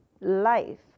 life